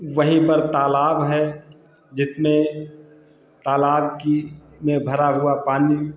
वहीं पर तालाब है जिसमें तालाब की में भरा हुआ पानी